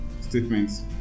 statements